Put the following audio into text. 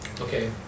Okay